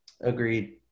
Agreed